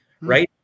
right